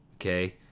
okay